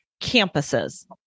campuses